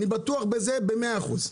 אני בטוח בזה במאה אחוז.